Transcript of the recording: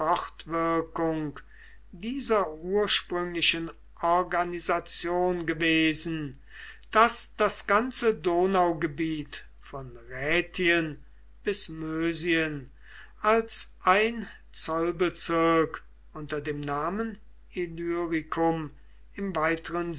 dieser ursprünglichen organisation gewesen daß das ganze donaugebiet von rätien bis mösien als ein zollbezirk unter dem namen illyricum im weiteren